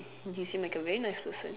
you seem like a very nice person